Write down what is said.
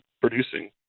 producing